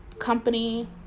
company